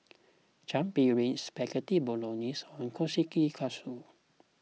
Chaat Papri Spaghetti Bolognese and Kushikatsu